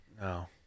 No